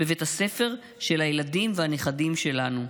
בבית הספר של הילדים והנכדים שלנו,